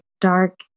dark